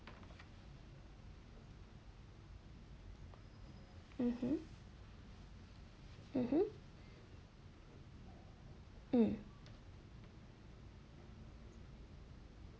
mmhmm mmhmm mm